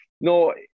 no